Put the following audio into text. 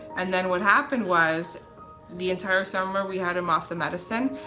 and then what happened was the entire summer we had him off the medicine,